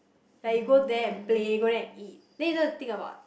like you go there and play go there and eat then you don't have to think about